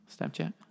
Snapchat